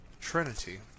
Trinity